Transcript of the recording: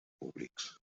públics